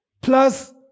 plus